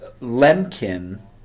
Lemkin